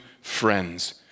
friends